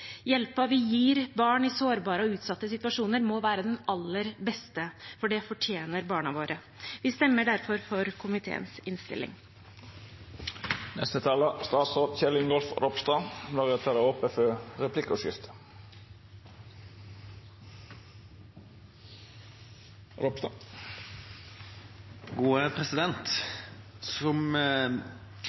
vi gir barn i sårbare og utsatte situasjoner, må være den aller beste, for det fortjener barna våre. Vi stemmer derfor for komiteens innstilling.